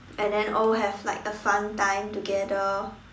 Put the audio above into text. and then all have like a fun time together